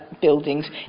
buildings